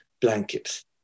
blankets